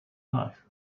life